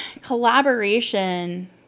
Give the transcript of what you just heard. collaboration